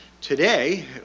Today